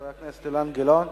חבר הכנסת אילן גילאון,